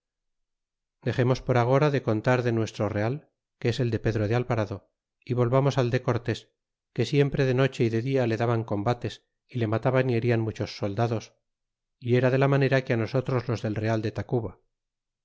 dexemos por agora de contar de nuestro real que es el de pedro de alvarado y volvamos el de cortés que siempre de noche y de dia le daban combates y le mataban y herian muchos soldados y era de la manera que nosotros los del real de tacuba